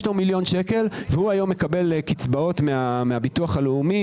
יש לו מיליון שקל והוא מקבל קצבאות מהביטוח הלאומי,